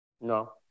No